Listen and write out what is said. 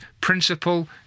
principle